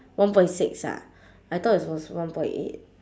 one point six ah I thought it's was one point eight